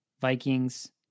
Vikings